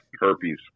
Herpes